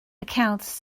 accounts